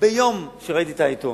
ביום שראיתי את זה בעיתון.